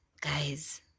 guys